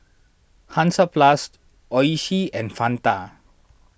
Hansaplast Oishi and Fanta